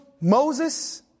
Moses